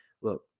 look